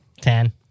Ten